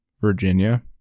Virginia